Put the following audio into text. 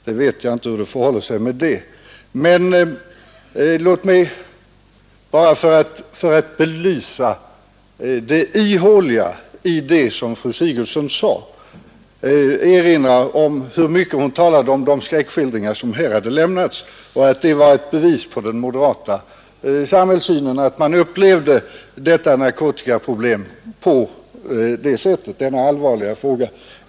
Jag vet inte hur det förhåller sig med den saken, men låt mig i stället för att belysa det ihåliga i fru Sigurdsens argumentering erinra om hur mycket hon talade om att det var skräckskildringar som dessa ledamöter lämnat och att en sådan svartmålning skulle vara bevis för att moderat samhällssyn är negativ och ensidig till denna allvarliga fråga.